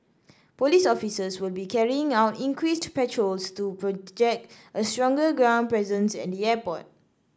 police officers will be carrying out increased patrols to project a stronger ground presence at the airport